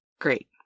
Great